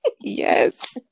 Yes